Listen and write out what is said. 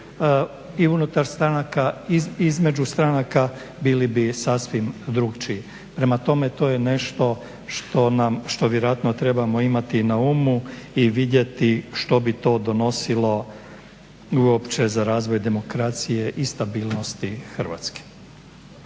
i unutar stranaka, između stranaka bili bi sasvim drukčiji. Prema tome, to je nešto što nam, što vjerojatno trebamo imati na umu i vidjeti što bi to donosilo uopće za razvoj demokracije i stabilnosti Hrvatske.